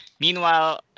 Meanwhile